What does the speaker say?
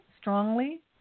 strongly